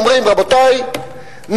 ואומרים: רבותי,